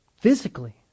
Physically